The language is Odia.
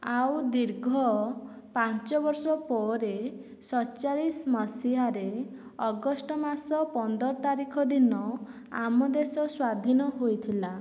ଆଉ ଦୀର୍ଘ ପାଞ୍ଚବର୍ଷ ପରେ ଷଡ଼ଚାଳିଶ ମସିହାରେ ଅଗଷ୍ଟ ମାସ ପନ୍ଦର ତାରିଖ ଦିନ ଆମ ଦେଶ ସ୍ଵାଧୀନ ହୋଇଥିଲା